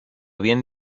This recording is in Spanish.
bien